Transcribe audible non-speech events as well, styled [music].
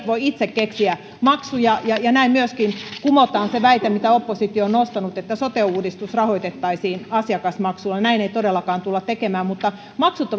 [unintelligible] voi itse keksiä maksuja ja näin myöskin kumotaan se väite mitä oppositio on nostanut että sote uudistus rahoitettaisiin asiakasmaksuilla näin ei todellakaan tulla tekemään mutta maksut [unintelligible]